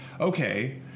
okay